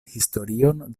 historion